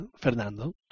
Fernando